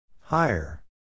Higher